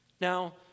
Now